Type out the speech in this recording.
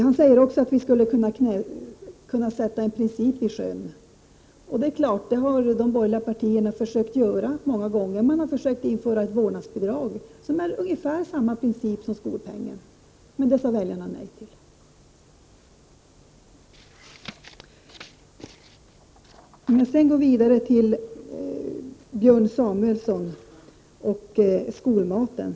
Han säger att vi skulle kunna sjösätta en princip. Det har ju de borgerliga partierna försökt göra många gånger. De har försökt införa ett vårdnadsbidrag, som i princip är ungefär detsamma som skolpengen, men det sade väljarna nej till. Låt mig sedan gå vidare till Björn Samuelson och frågan om skolmaten.